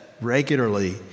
regularly